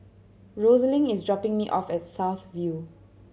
Rosalyn is dropping me off at South View